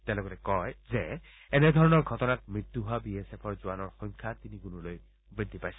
তেওঁ লগতে কয় যে এনেধৰণৰ ঘটনাত মৃত্যু হোৱা বি এছ এফৰ জোৱানৰ সংখ্যা তিনিগুণলৈ বৃদ্ধি পাইছে